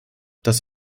das